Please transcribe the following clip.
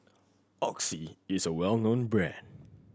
Oxy is a well known brand